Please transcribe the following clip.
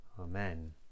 Amen